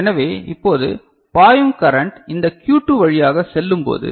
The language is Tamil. எனவே இப்போது பாயும் கரன்ட் இந்த Q2 வழியாக செல்லும் போது